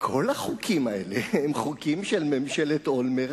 כל החוקים האלה הם חוקים של ממשלת אולמרט,